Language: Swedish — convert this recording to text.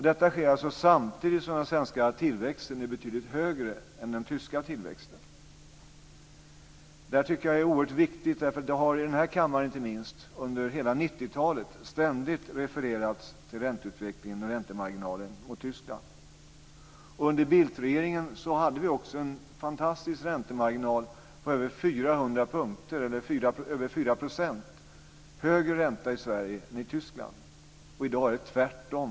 Detta sker samtidigt som den svenska tillväxten är betydligt högre än den tyska. Detta tycker jag är oerhört viktigt. Inte minst i den här kammaren har det nämligen under hela 90-talet ständigt refererats till ränteutvecklingen och räntemarginalen mot Tyskland. Under Bildtregeringen hade vi en fantastisk räntemarginal på över 400 punkter, eller över 4 %, högre ränta i Sverige än i Tyskland. I dag är det tvärtom.